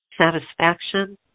satisfaction